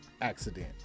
accident